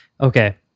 okay